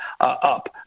up